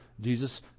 Jesus